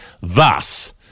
thus